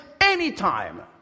anytime